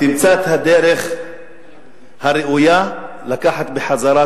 תמצא את הדרך הראויה לקחת בחזרה,